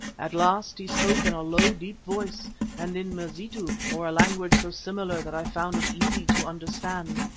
at last he spoke in a low, deep voice and in mazitu, or a language so similar that i found it easy to understand.